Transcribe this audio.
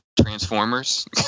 Transformers